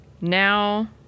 Now